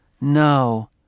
No